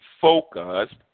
focused